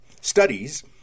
Studies